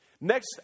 Next